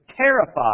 terrified